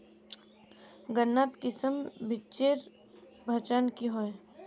गन्नात किसम बिच्चिर पहचान की होय?